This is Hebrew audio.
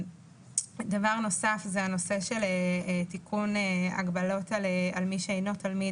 דבר נוסף זה תיקון הגבלות על מי שאינו תלמיד